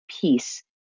peace